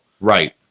Right